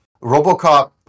Robocop